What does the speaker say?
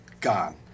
gone